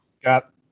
got